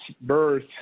birth